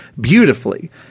beautifully